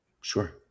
Sure